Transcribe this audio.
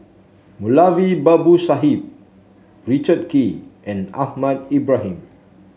Moulavi Babu Sahib Richard Kee and Ahmad Ibrahim